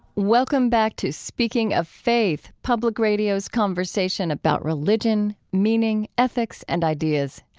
welcome back to speaking of faith, public radio's conversation about religion, meaning, ethics, and ideas.